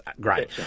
great